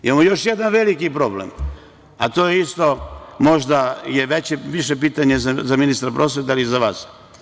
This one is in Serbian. Imamo još jedan veliki problem, a to je možda više pitanje za ministra prosvete, ali i za vas.